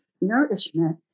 nourishment